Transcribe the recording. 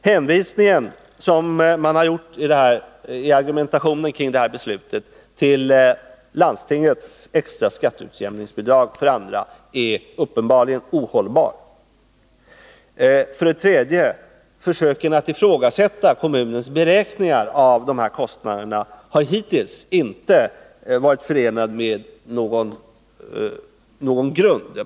Hänvisningen i argumentationen för beslutet till Stockholms läns landstings extra skatteutjämningsbidrag är uppenbarligen ohållbar. Försöken att ifrågasätta kommunens beräkningar av kostnaderna för de assyriska/syrianska invandrarna har saknat grund.